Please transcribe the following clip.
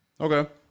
Okay